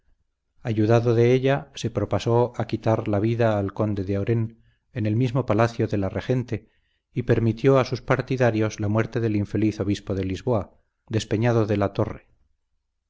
ayudado de ella se propasó a quitar la vida al conde de orén en el mismo palacio de la regente y permitió a sus partidarios la muerte del infeliz obispo de lisboa despeñado de la torre